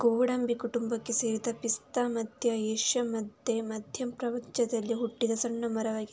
ಗೋಡಂಬಿ ಕುಟುಂಬಕ್ಕೆ ಸೇರಿದ ಪಿಸ್ತಾ ಮಧ್ಯ ಏಷ್ಯಾ ಮತ್ತೆ ಮಧ್ಯ ಪ್ರಾಚ್ಯದಲ್ಲಿ ಹುಟ್ಟಿದ ಸಣ್ಣ ಮರವಾಗಿದೆ